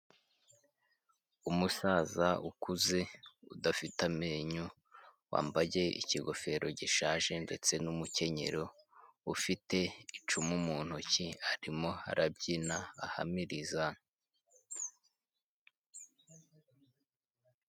Umusaza ukuze udafite amenyo wambaye ikigofero gishaje, ndetse n'umukenyero ufite icumu mu ntoki arimo arabyina ahamiriza.